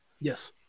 Yes